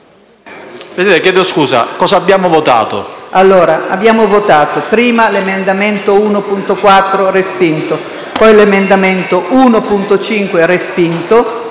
chiedo scusa, cosa abbiamo votato? PRESIDENTE. Abbiamo votato prima l'emendamento 1.4, respinto, poi l'emendamento 1.5, respinto.